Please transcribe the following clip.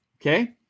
okay